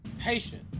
Patient